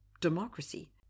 democracy